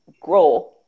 grow